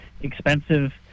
expensive